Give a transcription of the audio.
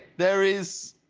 there is